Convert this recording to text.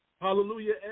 Hallelujah